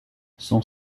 son